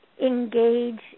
engage